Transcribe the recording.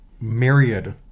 myriad